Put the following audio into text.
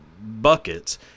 buckets